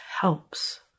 helps